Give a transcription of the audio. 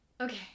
Okay